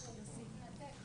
הוא התנתק.